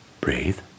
breathe